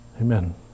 Amen